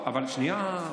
שנייה,